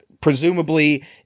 presumably